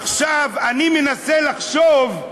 עכשיו אני מנסה לחשוב: